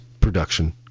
production